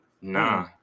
Nah